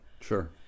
Sure